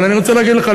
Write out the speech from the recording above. אבל אני רוצה להגיד לך,